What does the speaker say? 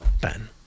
Ben